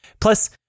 Plus